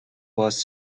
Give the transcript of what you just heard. was